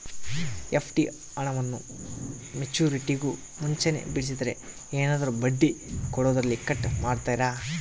FD ಹಣವನ್ನು ಮೆಚ್ಯೂರಿಟಿಗೂ ಮುಂಚೆನೇ ಬಿಡಿಸಿದರೆ ಏನಾದರೂ ಬಡ್ಡಿ ಕೊಡೋದರಲ್ಲಿ ಕಟ್ ಮಾಡ್ತೇರಾ?